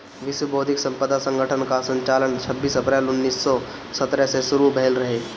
विश्व बौद्धिक संपदा संगठन कअ संचालन छबीस अप्रैल उन्नीस सौ सत्तर से शुरू भयल रहे